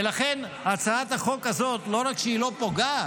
ולכן, הצעת החוק הזו, לא רק שהיא לא פוגעת,